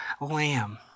lamb